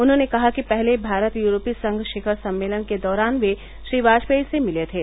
उन्होंने कहा कि पहले भारत यूरोपीय संघ शिखर सम्मेलन के दौरान वे श्री वाजपेयी से मिले थे